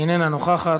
איננה נוכחת.